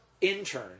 intern